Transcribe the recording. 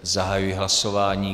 Zahajuji hlasování.